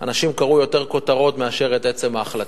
אנשים קראו יותר כותרות מאשר את עצם ההחלטה.